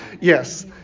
Yes